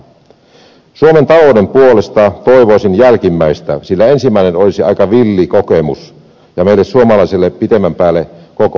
suomen talouden puolesta toivoisin jälkimmäistä sillä ensimmäinen olisi aika villi kokemus ja meille suomalaisille pitemmän päälle koko lailla kallista